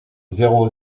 zéro